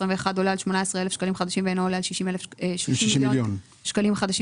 עולה על 18 אלף שקלים חדשים ואינו עולה על 60 מיליון שקלים חדשים